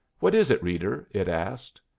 what is it, reeder? it asked.